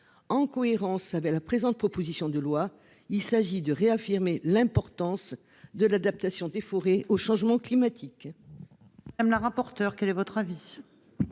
En cohérence avec la présente, proposition de loi, il s'agit de réaffirmer l'importance de l'adaptation des forêts au changement climatique.